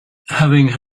having